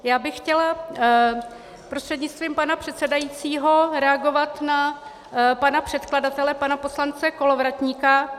Já bych chtěla prostřednictvím pana předsedajícího reagovat na pana předkladatele pana poslance Kolovratníka.